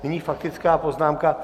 Nyní faktická poznámka...